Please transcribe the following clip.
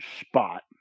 spot